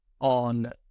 on